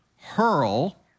hurl